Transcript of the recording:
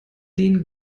den